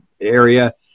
area